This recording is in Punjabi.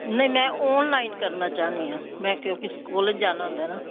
ਨਹੀਂ ਮੈਂ ਓਨਲਾਈਨ ਕਰਨਾ ਚਾਹੁੰਦੀ ਹਾਂ ਮੈਂ ਕਿਉਂਕਿ ਸਕੋਲਜ ਜਾਣਾ ਹੁੰਦਾ ਨਾ